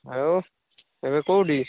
ଆଉ ଏବେ କୋଉଠି